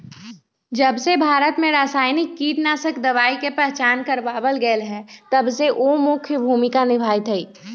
जबसे भारत में रसायनिक कीटनाशक दवाई के पहचान करावल गएल है तबसे उ प्रमुख भूमिका निभाई थई